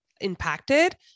impacted